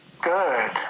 Good